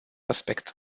aspect